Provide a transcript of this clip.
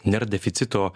nėra deficito